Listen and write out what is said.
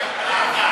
ישן.